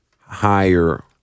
higher